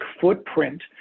footprint